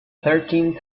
thirteenth